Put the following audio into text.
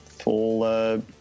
full